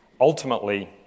Ultimately